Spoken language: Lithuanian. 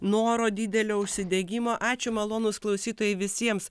noro didelio užsidegimo ačiū malonūs klausytojai visiems